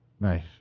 Nice